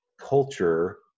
culture